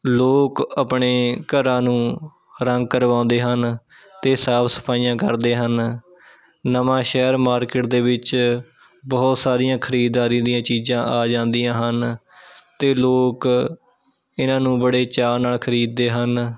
ਲੋਕ ਆਪਣੇ ਘਰਾਂ ਨੂੰ ਰੰਗ ਕਰਵਾਉਂਦੇ ਹਨ ਅਤੇ ਸਾਫ਼ ਸਫ਼ਾਈਆਂ ਕਰਦੇ ਹਨ ਨਵਾਂਸ਼ਹਿਰ ਮਾਰਕਿਟ ਦੇ ਵਿੱਚ ਬਹੁਤ ਸਾਰੀਆਂ ਖ਼ਰੀਦਦਾਰੀ ਦੀਆਂ ਚੀਜ਼ਾਂ ਆ ਜਾਂਦੀਆਂ ਹਨ ਅਤੇ ਲੋਕ ਇਹਨਾਂ ਨੂੰ ਬੜੇ ਚਾਅ ਨਾਲ ਖ਼ਰੀਦਦੇ ਹਨ